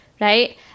right